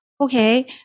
okay